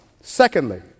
Secondly